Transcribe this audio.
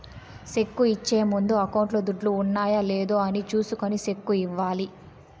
cheque ఇచ్చే ముందు అకౌంట్లో దుడ్లు ఉన్నాయా లేదా అని చూసుకొని సెక్కు ఇవ్వాలి